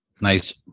Nice